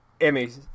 Emmys